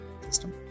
system